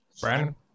Brandon